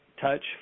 touch